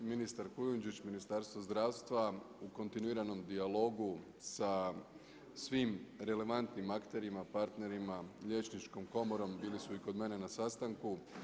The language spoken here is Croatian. Ministar Kujundžić, Ministarstvo zdravstva u kontinuiranom dijalogu sa svim relevantnim akterima, partnerima, liječnikom komorom bili su i kod mene na sastanku.